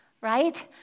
right